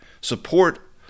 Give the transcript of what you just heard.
support